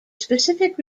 specific